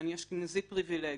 אני אשכנזי פריבילג.